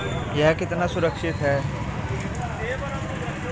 यह कितना सुरक्षित है?